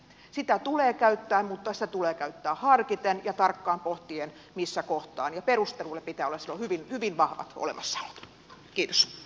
sitä tulee käyttää mutta sitä tulee käyttää harkiten ja tarkkaan pohtien missä kohtaa ja perusteluille pitää olla silloin hyvin vahva olemassaolo